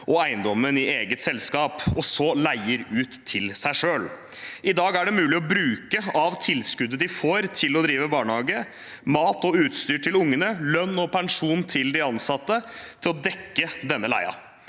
og eiendommen i eget selskap, og så leier ut til seg selv. I dag er det mulig å bruke av tilskuddet de får til å drive barnehage, mat og utstyr til ungene og lønn og pensjon til de ansatte, til å dekke denne leien,